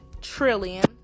trillion